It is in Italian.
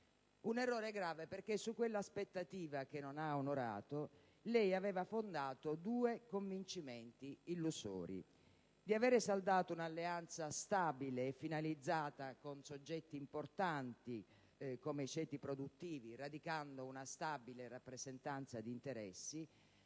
un errore grave perché su quella aspettativa, che non ha onorato, lei aveva fondato due convincimenti illusori: quello di avere saldato un'alleanza stabile e finalizzata con soggetti importanti (come i ceti produttivi), radicando una stabile rappresentanza di interessi;